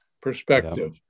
perspective